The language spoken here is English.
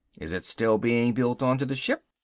is it still being built onto the ship?